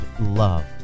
love